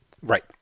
Right